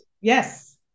Yes